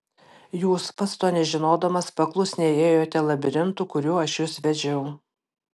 jūs pats to nežinodamas paklusniai ėjote labirintu kuriuo aš jus vedžiau